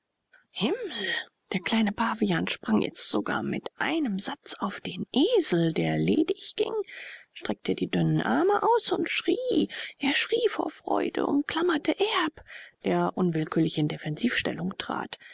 himmel der kleine pavian sprang jetzt sogar mit einem satz auf den esel der ledig ging streckte die dünnen arme aus und schrie er schrie vor freude umklammerte erb der unwillkürlich in defensivstellung trat